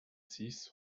six